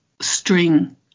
string